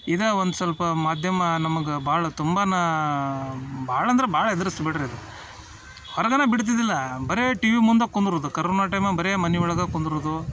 ಇದು ಒಂದು ಸ್ವಲ್ಪ ಮಾಧ್ಯಮ ನಮ್ಗೆ ಭಾಳ ತುಂಬನೇ ಭಾಳ ಅಂದ್ರೆ ಭಾಳ ಹೆದ್ರಿಸಿ ಬಿಡಿರಿ ಅದು ಹೊರ್ಗೇನೆ ಬಿಡ್ತಿದ್ದಿಲ್ಲ ಬರೀ ಟಿವಿ ಮುಂದೆ ಕುಂದ್ರೋದು ಕರೋನ ಟೈಮಿಗೆ ಬರೀ ಮನೆ ಒಳಗೆ ಕುಂದ್ರೋದು